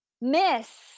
miss